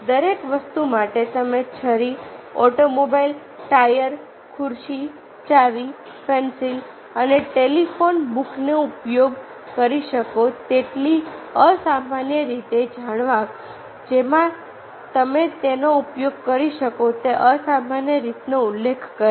દરેક વસ્તુ માટે તમે છરી ઓટોમોબાઈલ ટાયર ખુરશી ચાવી પેન્સિલ અને ટેલિફોન બુકનો ઉપયોગ કરી શકો તેટલી અસામાન્ય રીતો જણાવો જેમાં તમે તેનો ઉપયોગ કરી શકો તે અસામાન્ય રીતોનો ઉલ્લેખ કરો